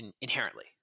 inherently